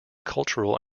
cultural